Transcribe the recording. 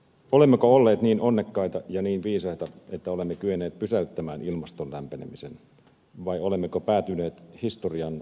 olemmeko olleet niin onnekkaita ja niin viisaita että olemme kyenneet pysäyttämään ilmaston lämpenemisen vai olemmeko päätyneet historian loppumiseen